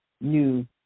new